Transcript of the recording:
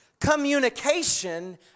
communication